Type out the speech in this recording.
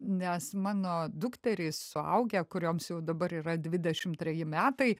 nes mano dukterį suaugę kurioms jau dabar yra dvidešim treji metai